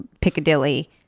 Piccadilly